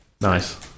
Nice